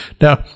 now